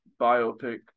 biopic